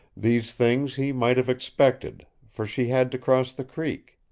these things he might have expected, for she had to cross the creek.